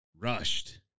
rushed